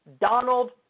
Donald